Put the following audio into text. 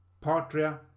Patria